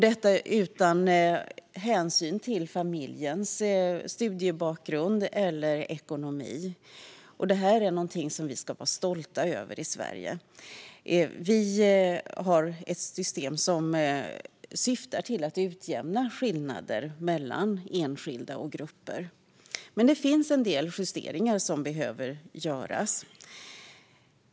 Detta är något vi ska vara stolta över i Sverige. Vi har ett system som syftar till att utjämna skillnader mellan enskilda och grupper. Men en del justeringar behöver göras.